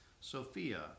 Sophia